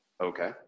Okay